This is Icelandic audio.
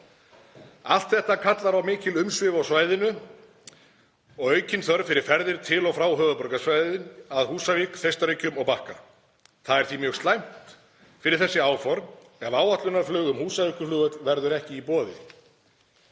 Allt þetta kallar á mikil umsvif á svæðinu og aukna þörf fyrir ferðir til og frá höfuðborgarsvæðinu að Húsavík, Þeistareykjum og Bakka. Það er því mjög slæmt fyrir þessi áform ef áætlunarflug um Húsavíkurflugvöll verður ekki í boði.